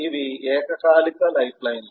ఇవి ఏకకాలిక లైఫ్లైన్లు